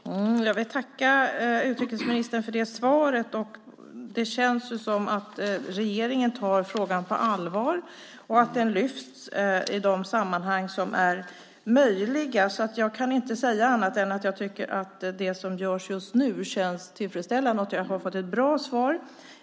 Fru talman! Jag vill tacka utrikesministern för det svaret. Det känns som att regeringen tar frågan på allvar och att den lyfts fram i de sammanhang som är möjliga. Jag kan inte säga annat än att jag tycker att det som görs just nu känns tillfredsställande och att jag har fått ett bra svar.